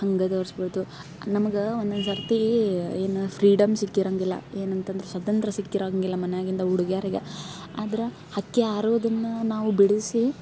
ಹಂಗೆ ತೋರ್ಸ್ಬೋದು ನಮಗೆ ಒನ್ನೊಂದ್ಸರ್ತಿ ಏನು ಫ್ರೀಡಮ್ ಸಿಕ್ಕಿರಂಗಿಲ್ಲ ಏನಂತಂದ್ರ ಸ್ವತಂತ್ರ ಸಿಕ್ಕಿರಂಗಿಲ್ಲ ಮನ್ಯಾಗಿಂದ ಹುಡುಗ್ಯಾರ್ಗ ಆದ್ರ ಹಕ್ಕಿ ಹಾರೋದನ್ನ ನಾವು ಬಿಡಿಸಿ